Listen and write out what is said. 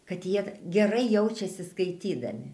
kad jie gerai jaučiasi skaitydami